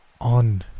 on